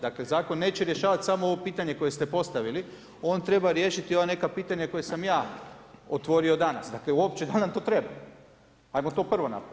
Dakle, zakon neće rješavati samo ovo pitanje koje ste postavili, on treba riješiti neka pitanja koja sam ja otvorio danas, dakle uopće da li nam to treba, ajmo to prvo napraviti.